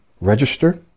register